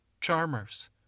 charmers